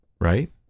right